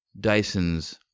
Dyson's